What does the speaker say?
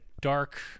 dark